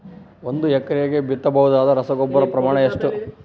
ಒಂದು ಎಕರೆಗೆ ಬಿತ್ತಬಹುದಾದ ರಸಗೊಬ್ಬರದ ಪ್ರಮಾಣ ಎಷ್ಟು?